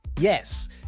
Yes